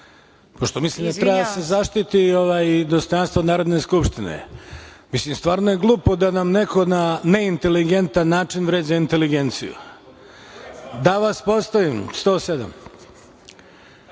pošto mislim da treba da se zaštiti dostojanstvo Narodne skupštine. Mislim, stvarno je glupo da nam neko na neinteligentan način vređa inteligenciju. Član 107.Hoću da